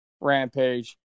Rampage